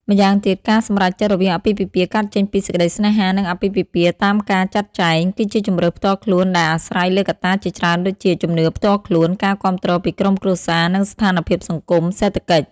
ម៉្យាងទៀតការសម្រេចចិត្តរវាងអាពាហ៍ពិពាហ៍កើតចេញពីសេចក្តីស្នេហា និងអាពាហ៍ពិពាហ៍តាមការចាត់ចែង គឺជាជម្រើសផ្ទាល់ខ្លួនដែលអាស្រ័យលើកត្តាជាច្រើនដូចជា ជំនឿផ្ទាល់ខ្លួន ការគាំទ្រពីក្រុមគ្រួសារ និងស្ថានភាពសង្គម-សេដ្ឋកិច្ច។